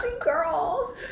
girl